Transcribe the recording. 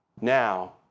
Now